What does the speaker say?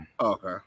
okay